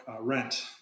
rent